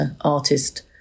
artist